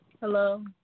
Hello